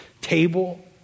Table